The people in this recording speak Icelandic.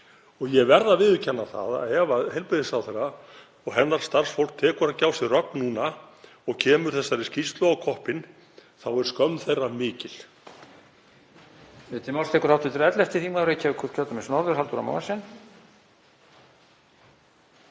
Ég verð að viðurkenna að ef heilbrigðisráðherra og hennar starfsfólk tekur ekki á sig rögg núna og kemur þessari skýrslu á koppinn er skömm þeirra mikil.